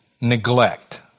neglect